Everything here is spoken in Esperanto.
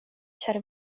ĉar